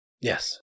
Yes